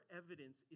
evidence